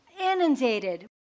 inundated